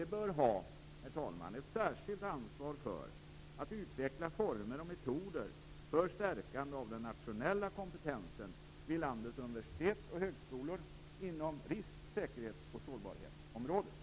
Det bör ha ett särskilt ansvar för att utveckla former och metoder för stärkande av den nationella kompetensen vid landets universitet och högskolor inom risk-, säkerhets och sårbarhetsområdet.